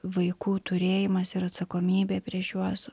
vaikų turėjimas ir atsakomybė prieš juos